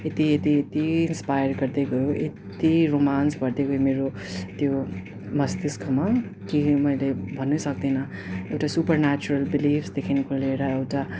यति यति यति इन्सपायर गर्दै गयो यति रोमान्स भर्दै गयो मेरो त्यो मस्तिष्कमा कि मैले भन्नै सक्दिनँ एउटा सुपर नेचरल विलिफदेखिको लिएर एउटा